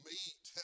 Meat